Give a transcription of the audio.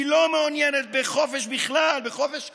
היא לא מעוניינת בחופש בכלל, בחופש המחשבה.